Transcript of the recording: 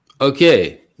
Okay